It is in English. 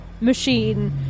machine